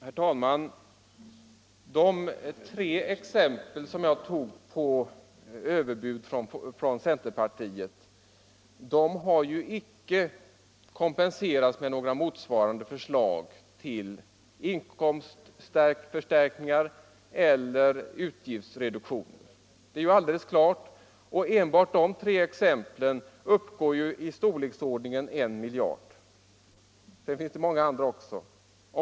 Herr talman! De tre exempel som jag anförde på överbud från centerpartiet har icke kompenserats med några motsvarande förslag till inkomstförstärkning eller utgiftsreduktion. Det är alldeles klart. Enbart dessa tre exempel motsvarar kostnader i storleksordningen 1 miljard. Och det finns många andra exempel.